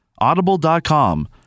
Audible.com